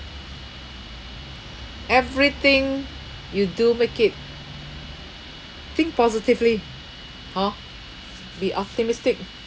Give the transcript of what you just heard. everything you do make it think positively hor be optimistic